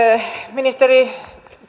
ministeri